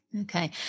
okay